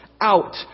out